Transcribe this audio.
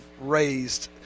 raised